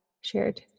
shared